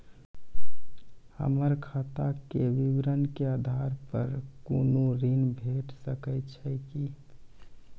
हमर खाता के विवरण के आधार प कुनू ऋण भेट सकै छै की?